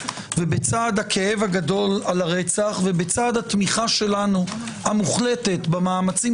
ובצד הכאב הגדול על הרצח ובצד התמיכה שלנו המוחלטת במאמצים